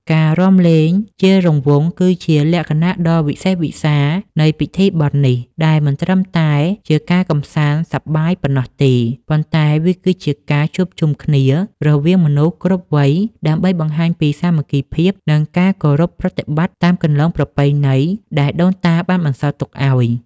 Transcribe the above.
ការរាំលេងជារង្វង់គឺជាលក្ខណៈដ៏វិសេសវិសាលនៃពិធីបុណ្យនេះ ដែលមិនត្រឹមតែជាការកម្សាន្តសប្បាយប៉ុណ្ណោះទេ ប៉ុន្តែវាគឺជាការជួបជុំគ្នារវាងមនុស្សគ្រប់វ័យ ដើម្បីបង្ហាញពីសាមគ្គីភាព និងការគោរពប្រតិបត្តិតាមគន្លងប្រពៃណីដែលដូនតាបានបន្សល់ទុកឱ្យ។